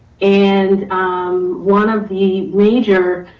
and um one of the major